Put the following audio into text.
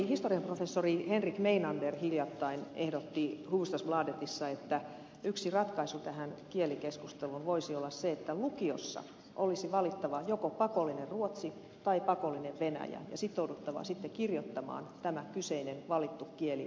historian professori henrik meinander hiljattain ehdotti hufvud stadsbladetissa että yksi ratkaisu tähän kielikeskusteluun voisi olla se että lukiossa olisi valittava joko pakollinen ruotsi tai pakollinen venäjä ja sitouduttava sitten kirjoittamaan tämä kyseinen valittu kieli ylioppilaskirjoituksissa